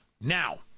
now